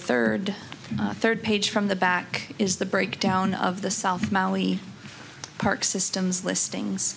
third third page from the back is the breakdown of the south molly park systems listings